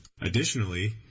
additionally